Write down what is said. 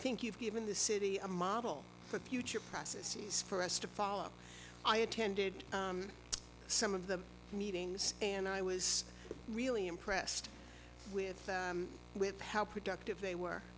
think you've given the city model for future processes for us to follow i attended some of the meetings and i was really impressed with that with how productive they were